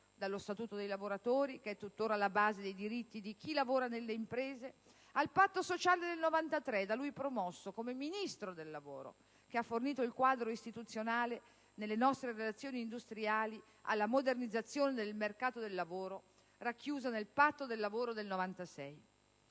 dallo Statuto dei lavoratori, che è tuttora alla base dei diritti di chi lavora nelle imprese, al patto sociale del 1993, da lui promosso come ministro del lavoro, che ha fornito il quadro istituzionale nelle nostre relazioni industriali, alla modernizzazione del mercato del lavoro racchiusa nel patto del lavoro del 1996.